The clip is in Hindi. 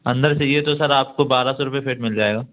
अन्दर चाहिए तो सर आपको बारह सौ रुपये फिट मिल जाएगा